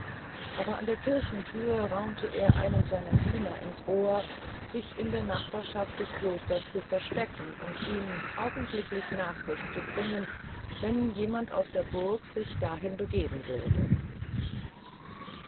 aber an der kirchthüre raunte er einem seiner diener ins ohr sich in der nachbarschaft des klosters zu verstecken und ihm augenblicklich nachricht zu bringen wenn jemand aus der burg sich dahin begeben würde